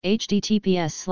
https